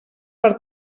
per